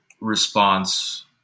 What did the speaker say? response